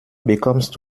bekommst